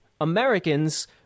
Americans